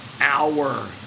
hour